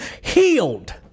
healed